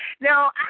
Now